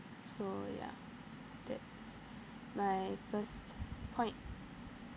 so ya that's my first point